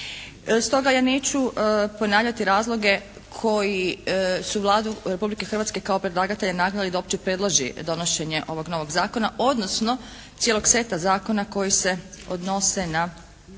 Stoga ja neću ponavljati razloge koji su Vladu Republike Hrvatske kao predlagatelja nagnali da uopće predloži donošenje ovog novog zakona odnosno cijelog seta zakona koji se odnose na